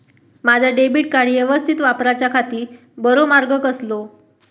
माजा debit card यवस्तीत वापराच्याखाती बरो मार्ग कसलो?